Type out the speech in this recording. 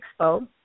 expo